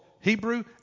Hebrew